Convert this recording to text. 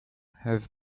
have